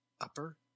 Upper